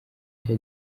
cya